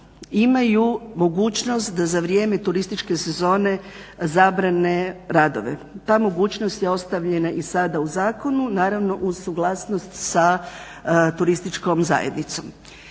imaju mogućnost da za vrijeme turističke sezone zabrane radove. Ta mogućnost je ostavljena i sada u zakonu naravno uz suglasnost sa turističkom zajednicom.